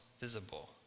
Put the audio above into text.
visible